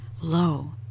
lo